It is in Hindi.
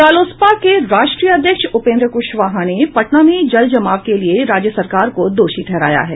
रालोसपा के राष्ट्रीय अध्यक्ष उपेंद्र कुशवाहा ने पटना में जलजमाव के लिये राज्य सरकार को दोषी ठहराया है